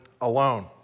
alone